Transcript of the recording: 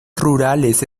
rurales